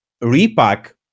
Repack